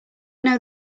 know